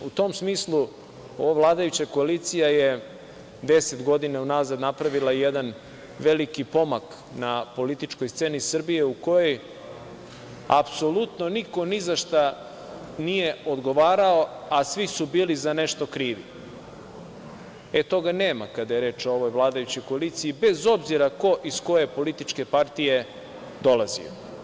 U tom smislu ova vladajuća koalicija je deset godina unazad napravila jedan veliki pomak na političkoj sceni Srbije u kojoj apsolutno niko ni za šta nije odgovarao, a svi su bili za nešto krivi i toga nema kada je reč o ovoj vladajućoj koaliciji, bez obzira ko iz koje političke partije dolazi.